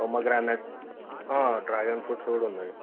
pomegranate dragon fruits కూడా ఉన్నాయి